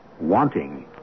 wanting